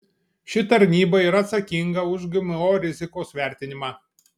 ši tarnyba yra atsakinga už gmo rizikos vertinimą